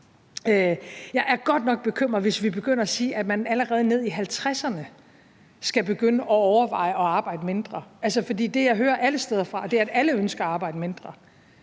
jeg godt nok bliver bekymret, hvis vi begynder at sige, at man allerede, når man er i 50'erne, skal begynde at overveje at arbejde mindre. For det, jeg hører alle steder fra, er, at alle ønsker at arbejde mindre,